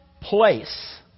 place